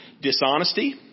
Dishonesty